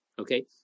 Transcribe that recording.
Okay